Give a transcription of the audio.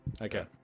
Okay